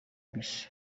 bisi